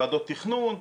ועדות תכנון,